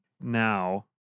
now